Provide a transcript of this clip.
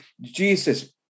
Jesus